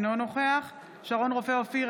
אינו נוכח שרון רופא אופיר,